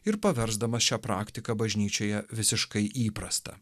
ir paversdamas šią praktiką bažnyčioje visiškai įprasta